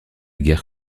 guère